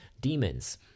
demons